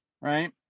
right